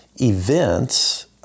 events